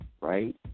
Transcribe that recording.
Right